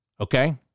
Okay